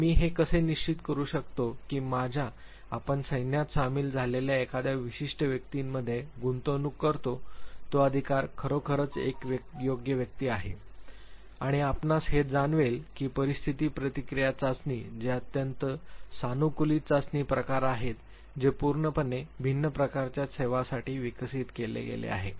आता मी हे कसे निश्चित करू शकतो की आपण माझ्या सैन्यात सामील झालेल्या एखाद्या विशिष्ट व्यक्तीमध्ये गुंतवणूक करतो तो अधिकार खरोखरच एक योग्य व्यक्ती आहे आणि आपणास हे जाणवेल की परिस्थिती प्रतिक्रिया चाचणी जे अत्यंत सानुकूलित चाचणी प्रकार आहेत जे पूर्णपणे भिन्न प्रकारच्या सेवांसाठी विकसित केले गेले आहे